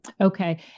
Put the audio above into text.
Okay